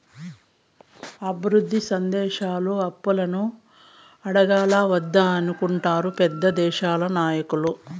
అభివృద్ధి సెందే దేశాలు అప్పులను అడగాలా వద్దా అని అనుకుంటారు పెద్ద దేశాల నాయకులు